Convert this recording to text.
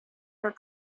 for